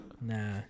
Nah